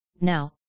now